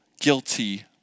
guilty